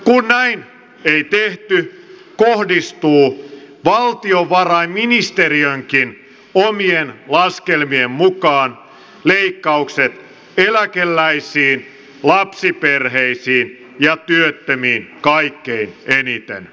kun näin ei tehty kohdistuvat valtiovarainministeriön omienkin laskelmien mukaan leikkaukset eläkeläisiin lapsiperheisiin ja työttömiin kaikkein eniten